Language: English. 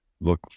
Look